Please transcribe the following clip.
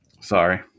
Sorry